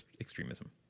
extremism